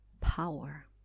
power